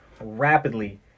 rapidly